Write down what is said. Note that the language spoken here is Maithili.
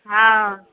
हँ